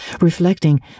reflecting